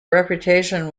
reputation